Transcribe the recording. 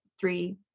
three